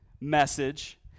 message